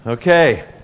Okay